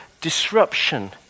disruption